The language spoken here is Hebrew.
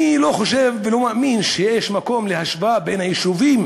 אני לא חושב ולא מאמין שיש מקום להשוואה בין היישובים